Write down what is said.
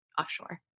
offshore